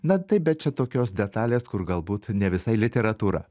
na taip bet čia tokios detalės kur galbūt ne visai literatūra